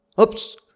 Oops